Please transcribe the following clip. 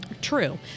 True